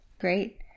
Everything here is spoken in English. Great